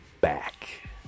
back